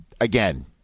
Again